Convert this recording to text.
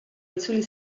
itzuli